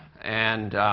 and